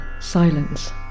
silence